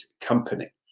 company